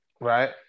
Right